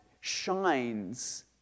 shines